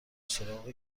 سراغ